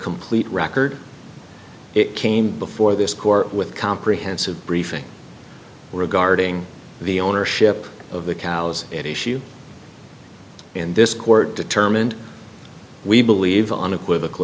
complete record it came before this court with comprehensive briefing regarding the ownership of the cows at issue in this court determined we believe on equivocal